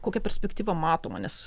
kokia perspektyva matoma nes